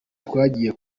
twagiye